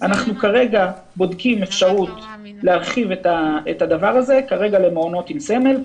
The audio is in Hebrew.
אנחנו בודקים כרגע את האפשרות להרחיב את זה למעונות עם סמל,